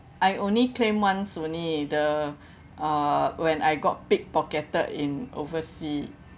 I only claim once only the uh when I got pickpocketed in oversea